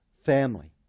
family